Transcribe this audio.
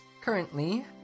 Currently